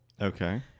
Okay